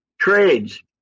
trades